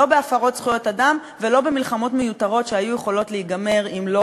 לא בהפרות זכויות אדם ולא במלחמות מיותרות שהיו יכולות להיגמר אם לא,